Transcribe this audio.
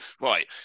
right